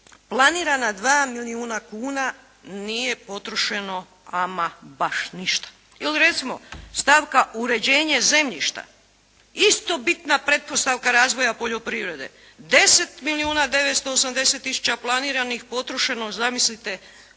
planirana dva milijuna kuna nije potrošeno ama baš ništa. Ili recimo stavka uređenje zemljišta. Isto bitna pretpostavka razvoja poljoprivrede. 10 milijuna 980 tisuća planiranih, potrošeno zamislite